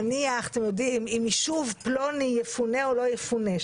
נניח, אם ישוב פלוני יפונה או לא יפונה.